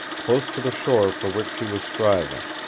close to the shore for which she was striving.